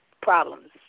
problems